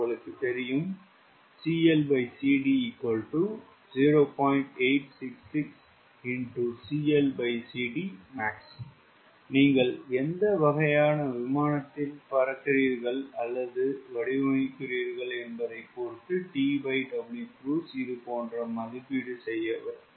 உங்களுக்கு தெரியும் நீங்கள் எந்த வகையான விமானத்தில் பறக்கிறீர்கள் அல்லது வடிவமைக்கிறீர்கள் என்பதைப் பொறுத்து TWcruise இது போன்ற மதிப்பீடு செய்யப்பட வேண்டும்